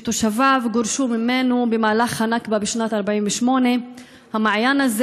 שתושביו גורשו ממנו במהלך הנכבה בשנת 1948. המעיין הזה